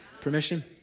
Permission